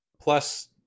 plus